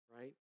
right